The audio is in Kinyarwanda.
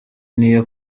niyo